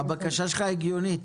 הבקשה שלך הגיונית.